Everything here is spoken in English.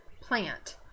plant